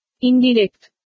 Indirect